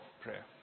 prayer